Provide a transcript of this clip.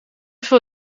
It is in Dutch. veel